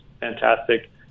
fantastic